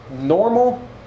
normal